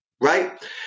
right